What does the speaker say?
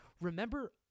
Remember